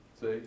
See